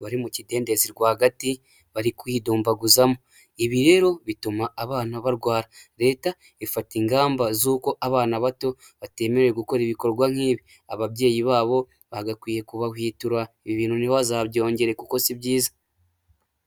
Bari mu kidendezi rwagati bari kuyidumbaguzamo. Ibi rero bituma abana barwara, leta ifata ingamba z'uko abana bato batemerewe gukora ibikorwa nk'ibi, ababyeyi babo bagakwiye kubahwitura ibi bintu ntibazabyongere kuko si byiza.